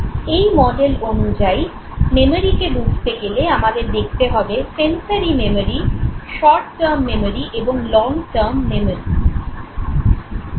এই মডেল অনুযায়ী মেমোরিকে বুঝতে গেলে আমাদের দেখতে হবে "sensory memory" "short term memory" এবং "লং টার্ম মেমোরি"